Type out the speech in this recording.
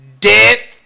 Dead